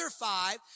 five